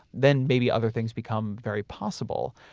then maybe other things become very possible.